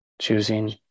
choosing